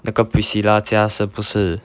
那个 priscilla 家是不是